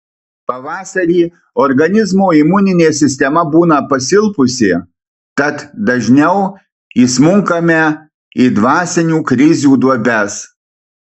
pavasarį organizmo imuninė sistema būna pasilpusi tad dažniau įsmunkame į dvasinių krizių duobes